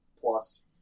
plus